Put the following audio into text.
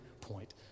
point